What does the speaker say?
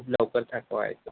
लवकर थकवा येतो